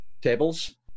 tables